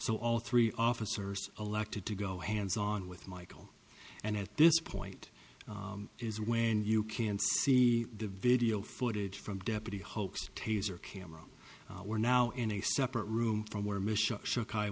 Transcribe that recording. so all three officers elected to go hands on with michael and at this point is when you can see the video footage from deputy hoax taser camera we're now in a separate room from where